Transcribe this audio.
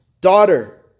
Daughter